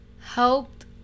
helped